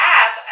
app